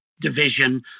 Division